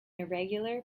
irregular